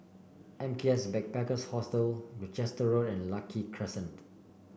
M K S Backpackers Hostel Gloucester Road and Lucky Crescent